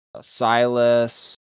Silas